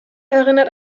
erinnert